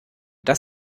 das